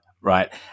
right